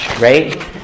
right